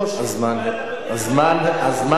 אבל אתה מגן על, הזמן תם.